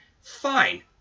Fine